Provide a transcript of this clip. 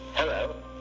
Hello